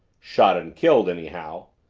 shot and killed, anyhow,